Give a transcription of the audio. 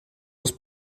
les